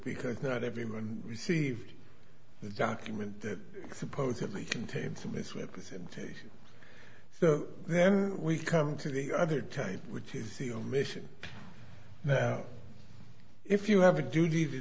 because not everyone received the document that supposedly contained some misrepresentation so then we come to the other type which is the omission if you have a duty to